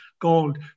gold